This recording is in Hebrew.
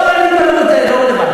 הוא לא למד ליבה?